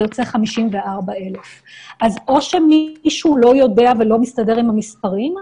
זה יוצא 54,000. אז או שמישהו לא יודע ולא מסתדר עם המספרים,